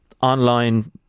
online